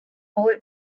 bullet